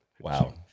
Wow